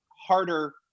harder